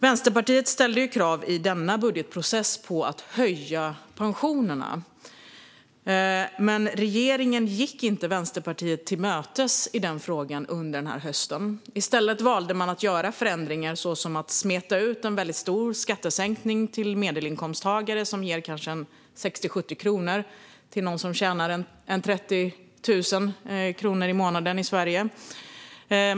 Vänsterpartiet ställde krav i denna budgetprocess på att höja pensionerna, men regeringen gick inte Vänsterpartiet till mötes i den frågan under hösten. I stället valde man att göra förändringar, till exempel att smeta ut en stor skattesänkning till medelinkomsttagare. Den ger 60-70 kronor till någon som tjänar ungefär 30 000 kronor i månaden i Sverige.